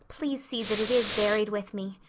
please see that it is buried with me,